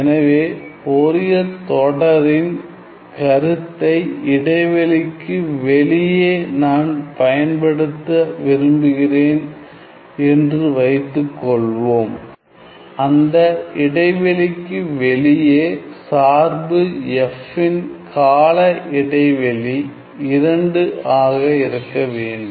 எனவே ஃபோரியர் தொடரின் கருத்தை இடைவெளிக்கு வெளியே நான் பயன்படுத்த விரும்புகிறேன் என்று வைத்துக்கொள்வோம் அந்த இடைவெளிக்கு வெளியே சார்பு f இன் கால இடைவெளி 2 ஆக இருக்க வேண்டும்